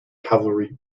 cavalry